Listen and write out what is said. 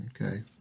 okay